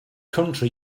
country